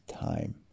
time